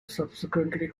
subsequently